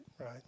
right